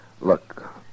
Look